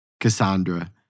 Cassandra